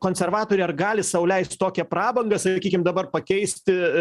konservatoriai ar gali sau leist tokią prabangą sakykim dabar pakeisti